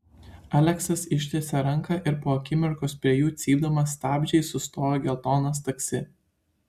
aleksas ištiesė ranką ir po akimirkos prie jų cypdamas stabdžiais sustojo geltonas taksi